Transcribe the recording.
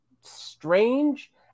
strange